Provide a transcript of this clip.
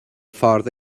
ffordd